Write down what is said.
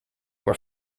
were